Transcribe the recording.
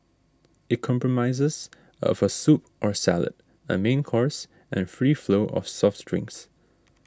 it comprises of a soup or salad a main course and free flow of soft drinks